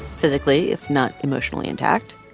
physically, if not emotionally intact,